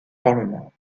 parlement